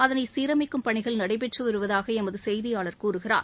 அதனை சீரமைக்கும் பணிகள் நடைபெற்றுவருவதாக எமது செய்தியாளர் கூறுகிறார்